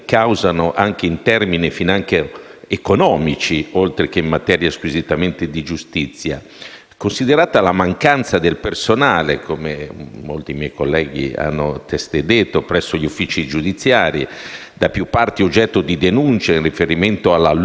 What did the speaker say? economici, oltre che in materia squisitamente di giustizia, considerata la mancanza di personale - come molti miei colleghi hanno testé detto - presso gli uffici giudiziari, da più parti oggetto di denuncia in riferimento alla lunga durata dei processi